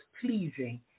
pleasing